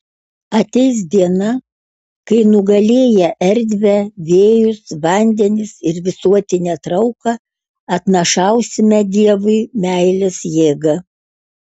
ateis diena kai nugalėję erdvę vėjus vandenis ir visuotinę trauką atnašausime dievui meilės jėgą